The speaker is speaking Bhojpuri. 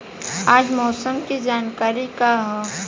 आज मौसम के जानकारी का ह?